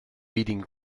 reading